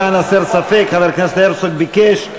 למען הסר ספק, חבר הכנסת הרצוג ביקש.